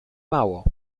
mało